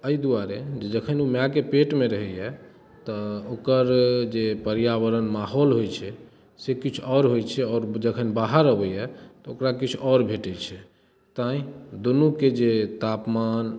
एहि दुआरे जे जखन ओ मायके पेटमे रहैए तऽ ओकर जे पर्यावरण माहौल होइ छै से किछु आओर होइ छै आओर जखन बाहर अबैए तऽ ओकरा किछु आओर भेटै छै तैँ दुनूके जे तापमान